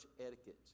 etiquette